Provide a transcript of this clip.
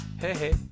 hey